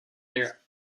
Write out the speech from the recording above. their